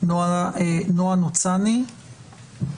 נעה נוצני,